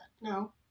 No